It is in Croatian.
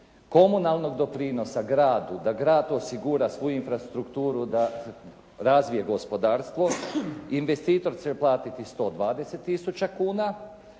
komunalnog doprinosa gradu, da grad osigura svu infrastrukturu, da razvije gospodarstvo. Investitor će platiti 120000 kuna,